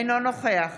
אינו נוכח